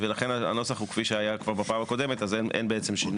ולכן הנוסח הוא כפי שהיה כבר בפעם הקודמת אז אין בעצם שינוי.